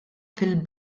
fil